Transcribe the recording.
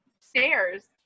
stairs